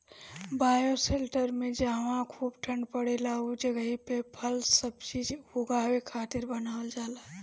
bioshelter में जहवा खूब ठण्डा पड़ेला उ जगही पे फल सब्जी उगावे खातिर बनावल जाला